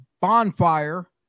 bonfire